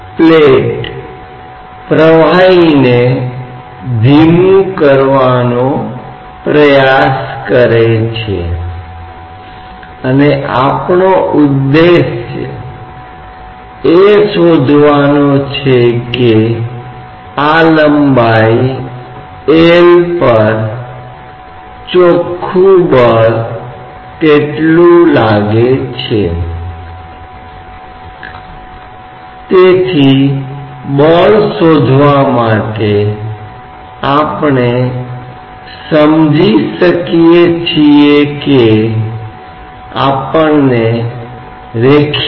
अब हम एक और प्रश्न का उत्तर देने की कोशिश करते हैं कि ये अभी भी केवल बल हैं जो कार्य कर रहे हैं यदि द्रव तत्व कठोर निकाय की गति के नीचे है जो कि द्रव तत्व कठोर निकाय की तरह बढ़ रहा है कोई आंतरिक विरूपण नहीं है लेकिन संपूर्ण के रूप में पूरी तरह से यह एक ठोस की तरह है जो रैखिक या कोणीय रूप से विस्थापित हो सकता है लेकिन यह गतिशील है पर यह गति एक कठोर निकाय गति है